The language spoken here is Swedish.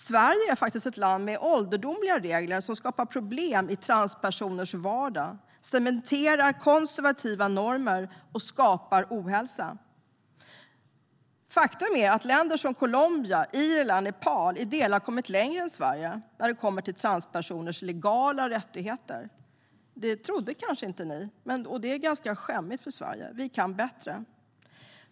Sverige är ett land med ålderdomliga regler som skapar problem i transpersoners vardag, cementerar konservativa normer och skapar ohälsa. Faktum är att länder som Colombia, Irland och Nepal i delar har kommit längre än Sverige när det kommer till transpersoners legala rättigheter. Det trodde ni kanske inte. Det är ganska skämmigt för Sverige. Vi kan bättre.